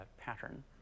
pattern